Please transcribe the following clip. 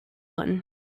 one